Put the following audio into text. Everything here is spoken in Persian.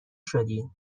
شدین